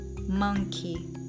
monkey